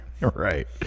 Right